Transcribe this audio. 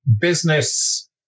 business